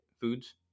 foods